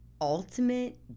ultimate